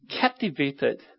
captivated